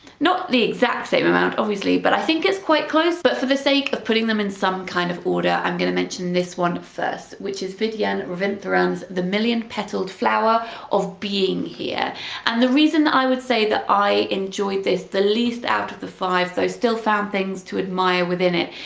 not the exact same amount obviously but i think it's quite close. but for the sake of putting them in some kind of order i'm going to mention this one first which is vidyan ravinthirann's the million-petalled flower of being here and the reason i would say that i enjoyed this the least out of the five, though still found things to admire within it,